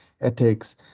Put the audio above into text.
ethics